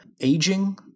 aging